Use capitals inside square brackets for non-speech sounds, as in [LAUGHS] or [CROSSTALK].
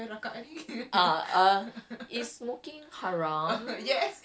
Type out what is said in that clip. [LAUGHS] ya lah pasal hari-hari orang just setakat tanya um